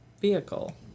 vehicle